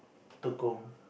Tekong